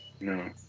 No